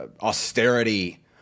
austerity